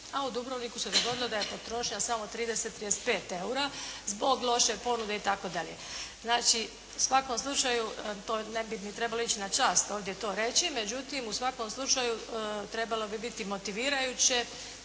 a u Dubrovniku se dogodilo da je potrošnja samo 30, 35 eura zbog loše ponude itd. Znači, u svakom slučaju to ne bi mi trebalo ići na čast ovdje to reći, međutim u svakom slučaju trebalo bi biti motivirajuće